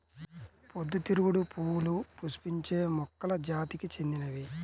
పొద్దుతిరుగుడు పువ్వులు పుష్పించే మొక్కల జాతికి చెందినవి